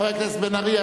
חבר הכנסת בן-ארי,